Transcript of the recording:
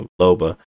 Loba